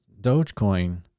dogecoin